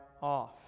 off